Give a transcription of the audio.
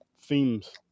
Themes